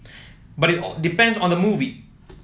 but depends on the movie